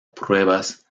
pruebas